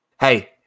Hey